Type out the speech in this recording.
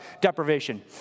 deprivation